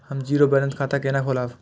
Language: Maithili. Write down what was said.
हम जीरो बैलेंस खाता केना खोलाब?